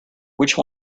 which